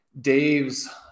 Dave's